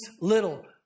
little